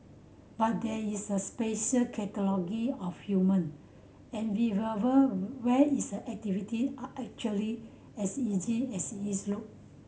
but there is a special category of human where is activity are actually as easy as is look